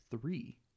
three